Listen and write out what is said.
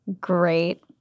great